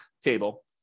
table